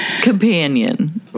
companion